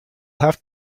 have